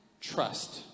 trust